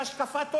כהשקפת עולם,